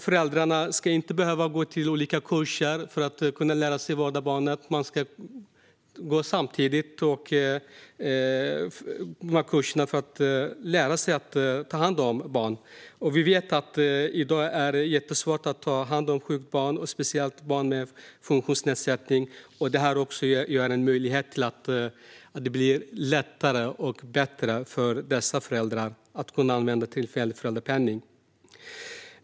Föräldrarna ska inte behöva gå olika kurser för att lära sig att ta hand om barn, utan de ska gå samtidigt. Vi vet att det i dag är jättesvårt att ta hand om sjukt barn, speciellt barn med funktionsnedsättning. En tillfällig föräldrapenning ger en möjlighet att göra det bättre och lättare för dessa föräldrar.